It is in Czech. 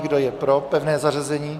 Kdo je pro pevné zařazení?